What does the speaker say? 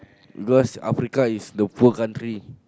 because Africa is the poor country